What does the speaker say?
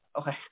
okay